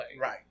Right